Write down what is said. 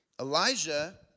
Elijah